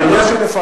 אני יודע שלפעמים,